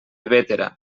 bétera